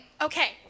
Okay